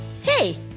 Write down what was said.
Hey